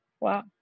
Wow